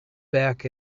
back